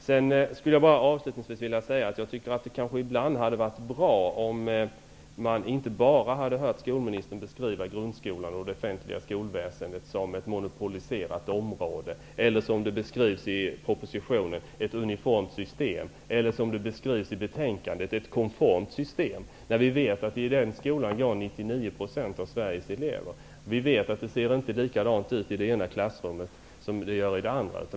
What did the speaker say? Jag skulle avslutningsvis vilja säga att det hade varit bra om skolministern inte bara hade beskrivit grundskolan och det offentliga skolväsendet som ett monopoliserat område eller som ett uniformerat system, vilket man skriver i propositionen, eller som ett konformt system, vilket man skriver i betänkandet. Vi vet att 99 % av Sveriges elever går i den skolan. Vi vet att det inte ser likadant ut i det ena klassrummet som det gör i det andra.